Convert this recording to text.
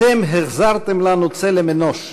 "אתם החזרתם לנו צלם אנוש,